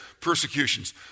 persecutions